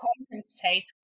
compensate